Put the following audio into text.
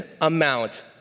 amount